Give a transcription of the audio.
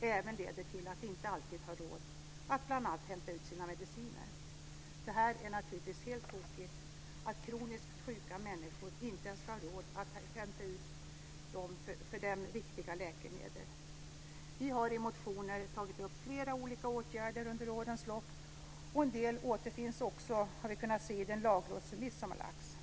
även leder till att de inte alltid har råd att hämta ut sina mediciner. Det är naturligtvis helt tokigt att kroniskt sjuka människor inte ska ha råd att hämta ut för dem viktiga läkemedel. Vi har i motioner tagit upp flera olika åtgärder under årens lopp. En del återfinns också, har vi kunnat se, i den lagrådsremiss som har lagts fram.